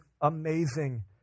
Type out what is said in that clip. amazing